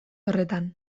horretan